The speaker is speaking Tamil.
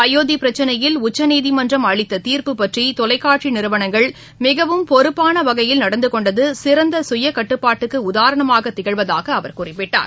அயோத்தி பிரச்சினையில் உச்சநீதிமன்றம் அளித்த தீர்ப்பு பற்றி தொலைக்காட்சி நிறுவனங்கள் மிகவும் பொறுப்பான வகையில் நடந்து கொண்டது சிறந்த சுய கட்டுப்பாட்டுக்கு உதாரணமாக திகழ்வதாக அவர் குறிப்பிட்டார்